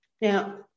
Now